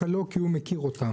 אופקים לא שבה לסדרה,